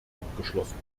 abgeschlossen